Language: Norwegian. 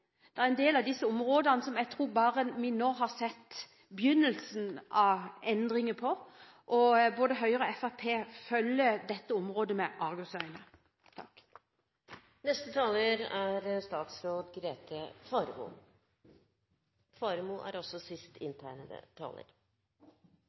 del av disse områdene som er viktige, og på en del av dem tror jeg vi bare har sett begynnelsen på endringene. Både Høyre og Fremskrittspartiet følger dette området med